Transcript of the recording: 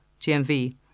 GMV